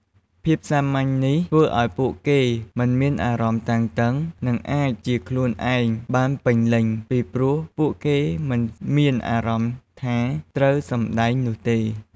ភាពសាមញ្ញនេះ ធ្វើឲ្យពួកគេមិនមានអារម្មណ៍តានតឹង និងអាចជាខ្លួនឯងបានពេញលេញ ពីព្រោះពួកគេមិនមានអារម្មណ៍ថាត្រូវ 'សម្ដែង' នោះទេ។